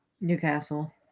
Newcastle